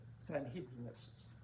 Sanhedrinists